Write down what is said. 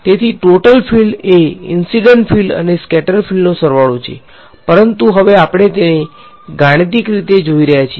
તેથી total field એ incident field અને સ્કેટર્ડ ફીલ્ડનો સરવાળો છે પરંતુ હવે આપણે તેને ગાણિતિક રીતે જોઈ રહ્યા છીએ